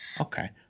Okay